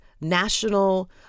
national